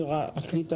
בבקשה,